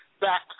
back